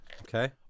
Okay